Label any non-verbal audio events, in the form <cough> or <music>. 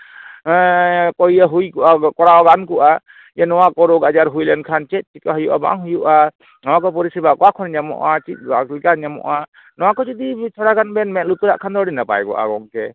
ᱠᱚ ᱦᱩᱭ ᱠᱚᱜᱼᱟ ᱠᱚᱨᱟᱣ ᱜᱟᱱ ᱠᱚᱜᱼᱟ ᱡᱮ ᱱᱚᱣᱟ ᱠᱚ ᱨᱳᱜᱽ ᱟᱡᱟᱨ ᱦᱩᱭ ᱞᱮᱱᱠᱷᱟᱱ ᱪᱮᱫ ᱠᱚ ᱦᱩᱭᱩᱜᱼᱟ ᱵᱟᱝ ᱦᱩᱭᱩᱜᱼᱟ ᱱᱚᱣᱟ ᱠᱚ ᱯᱚᱨᱤᱥᱮᱵᱟ ᱚᱠᱟ ᱠᱷᱚᱱ ᱧᱟᱢᱚᱜᱼᱟ ᱪᱮᱫ <unintelligible> ᱞᱮᱠᱟ ᱧᱟᱢᱚᱜᱼᱟ ᱱᱚᱣᱟ ᱠᱚ ᱡᱩᱫᱤ ᱛᱷᱚᱲᱟ ᱜᱟᱱ ᱵᱮᱱ ᱢᱮᱸᱫ ᱞᱩᱛᱯᱨᱟᱜ ᱠᱷᱟᱱ ᱫᱚ ᱟᱹᱰᱤ ᱜᱮ ᱱᱟᱯᱟᱭ ᱠᱚᱜᱼᱟ ᱜᱚᱝᱠᱮ